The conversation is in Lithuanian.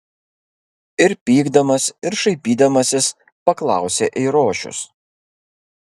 ir pykdamas ir šaipydamasis paklausė eirošius